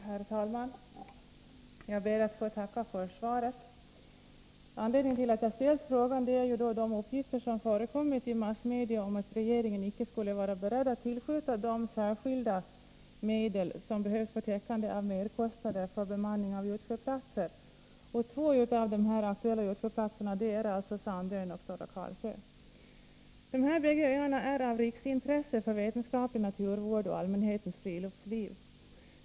Herr talman! Jag ber att få tacka för svaret. Anledningen till att jag ställt frågan är de uppgifter som förekommit i massmedia om att regeringen icke skulle vara beredd att tillskjuta de särskilda medel som behövs för täckande av merkostnader för bemanning av utsjöplatser. Och två av de aktuella utsjöplatserna är alltså Gotska Sandön och Stora Karlsö. De här bägge öarna är av riksintresse för vetenskaplig naturvård och för allmänhetens friluftsliv.